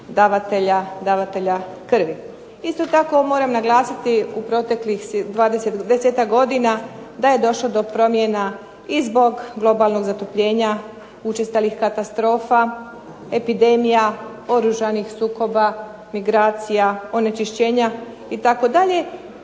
davatelja krvi. Isto tako moram naglasiti u proteklih 10-tak godina da je došlo do promjena i zbog globalnog zatopljenja, učestalih katastrofa, epidemija oružanih sukoba, migracija, onečišćenja itd.,